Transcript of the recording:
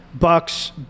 Bucks